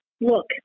look